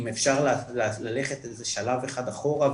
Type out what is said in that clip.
אם אפשר ללכת על זה שלב אחד אחורה,